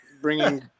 bringing